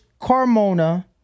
Carmona